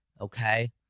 okay